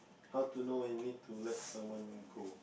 how to know when you need to let someone go